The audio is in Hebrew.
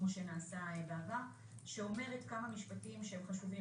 כמו שנעשה בעבר שאומרת כמה משפטים שהם חשובים.